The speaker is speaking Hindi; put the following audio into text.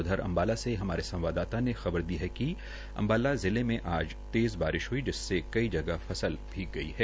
उधर अम्बाला से हमारे संवाददाता ने खबर दी है कि अम्बाला में जिले आज तेज़ बारिश ह्ई जिससे कई जगह फसल भीग गई है